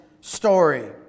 story